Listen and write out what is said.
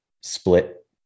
split